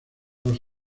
los